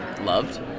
loved